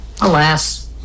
Alas